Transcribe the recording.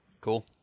Cool